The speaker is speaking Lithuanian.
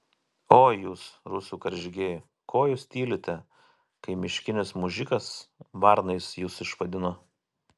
oi jūs rusų karžygiai ko jūs tylite kai miškinis mužikas varnais jus išvadino